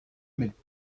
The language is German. mit